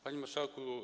Panie Marszałku!